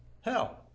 hell